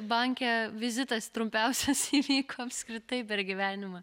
banke vizitas trumpiausias įvyko apskritai per gyvenimą